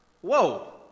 whoa